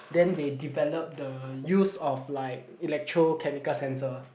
then they develop the use of like electrochemical sensor